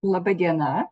laba diena